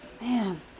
Man